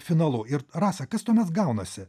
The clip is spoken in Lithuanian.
finalu ir rasa kas tuomet gaunasi